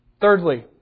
Thirdly